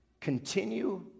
Continue